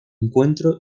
encuentro